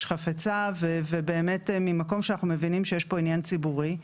חפצה ובאמת ממקום שאנחנו מבינים שיש פה עניין ציבורי.